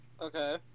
Okay